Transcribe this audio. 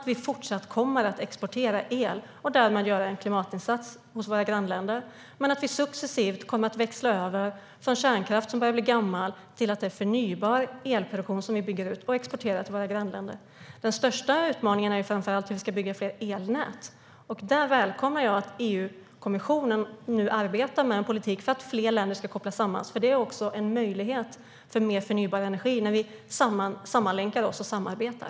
Vi kommer att fortsätta exportera el och därmed göra en klimatinsats hos våra grannländer. Men vi ska successivt börja växla över från kärnkraft som börjar bli gammal till förnybar elproduktion som vi bygger ut och exporterar till våra grannländer. Den största utmaningen är framför allt hur vi ska bygga fler elnät. Jag välkomnar att EU-kommissionen nu arbetar med en politik för att fler länder ska kopplas samman. Det är också en möjlighet för mer förnybar energi när vi länkar oss samman och samarbetar.